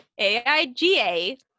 AIGA